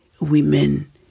women